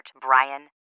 Brian